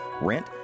rent